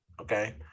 okay